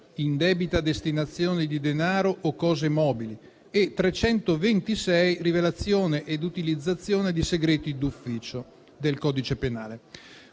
(indebita destinazione di denaro o cose mobili) e 326 (rivelazione ed utilizzazione di segreti d'ufficio) del codice penale,